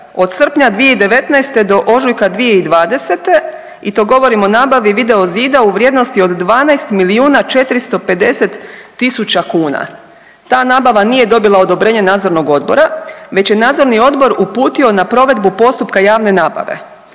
od srpnja 2019. do ožujka 2020. i to govorim o nabavi video zida u vrijednosti od 12 milijuna 450 tisuća kuna. Ta nabava nije dobila odobrenje nadzornog odbora, već je nadzorni odbor uputio na provedbu postupka javne nabave.